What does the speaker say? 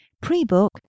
Pre-book